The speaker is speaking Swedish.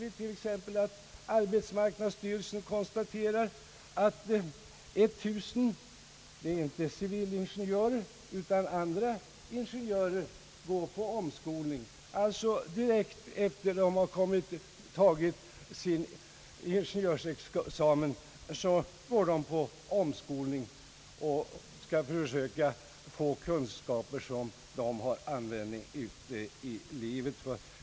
Nu konstaterar arbetsmarknadsstyrelsen att 1000 ingenjörer — inte civilingenjörer utan andra ingenjörer — går på omskolning direkt efter det att de tagit sin examen och skall försöka få kunskaper som de har användning för ute i livet.